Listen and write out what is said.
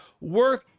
worth –